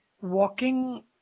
walking